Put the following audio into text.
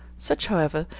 such, however,